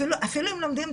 אפילו אם לומדים,